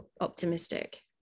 optimistic